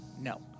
No